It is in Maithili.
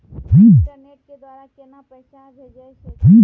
इंटरनेट के द्वारा केना पैसा भेजय छै?